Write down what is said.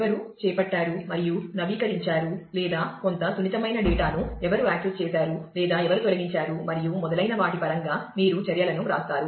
కాబట్టి మీరు ఎవరు చేపట్టారు మరియు నవీకరించారు లేదా కొంత సున్నితమైన డేటాను ఎవరు యాక్సెస్ చేశారు లేదా ఎవరు తొలగించారు మరియు మొదలైన వాటి పరంగా మీరు చర్యలను వ్రాస్తారు